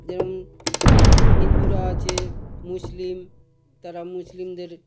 যেমন হিন্দুরা আছে মুসলিম তারা মুসলিমদের